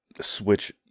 switch